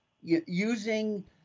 using